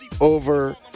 over